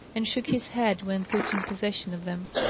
and shook his head when put in possession of them.